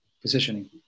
positioning